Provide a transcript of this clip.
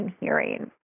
hearing